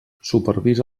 supervisa